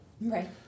Right